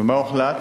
ומה הוחלט?